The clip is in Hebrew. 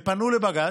הם פנו לבג"ץ,